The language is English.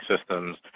systems